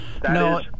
No